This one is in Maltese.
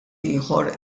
ieħor